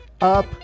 up